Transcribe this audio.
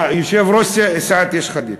יושב-ראש סיעת יש עתיד.